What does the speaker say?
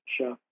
Sure